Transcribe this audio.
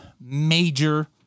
major